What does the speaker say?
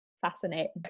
fascinating